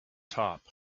top